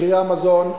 מחירי המזון,